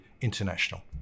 international